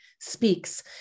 speaks